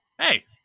Hey